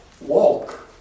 walk